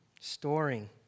storing